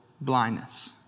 blindness